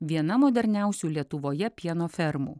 viena moderniausių lietuvoje pieno fermų